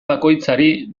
bakoitzari